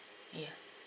yeah